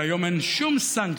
כי היום אין שום אין שום סנקציה,